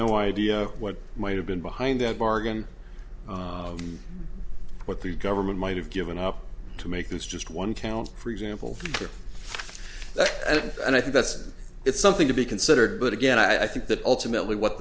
no idea what might have been behind that bargain and what the government might have given up to make this just one count for example and i think it's something to be considered but again i think that ultimately what